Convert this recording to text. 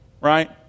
right